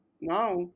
Now